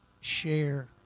share